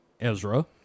Ezra